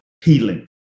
healing